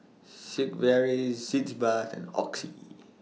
Sigvaris Sitz Bath and Oxy